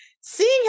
seeing